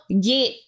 get